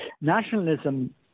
nationalism